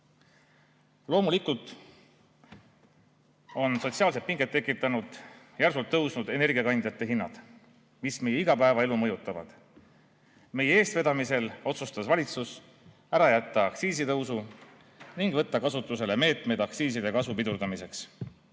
Loomulikult on sotsiaalseid pingeid tekitanud energiakandjate järsult tõusnud hinnad, mis meie igapäevaelu mõjutavad. Meie eestvedamisel otsustas valitsus ära jätta aktsiisitõusu ning võtta kasutusele meetmed aktsiiside kasvu pidurdamiseks.